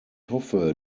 hoffe